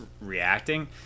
reacting